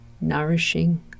nourishing